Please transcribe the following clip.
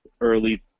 early